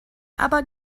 aber